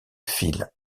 file